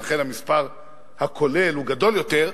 אז לכן המספר הכולל הוא גדול יותר,